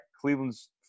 Cleveland's